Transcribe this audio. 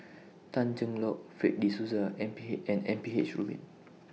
Tan Cheng Lock Fred De Souza M P H and M P H Rubin